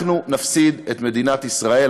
אנחנו נפסיד את מדינת ישראל,